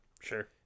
Sure